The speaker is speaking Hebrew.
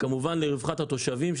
לרווחת התושבים.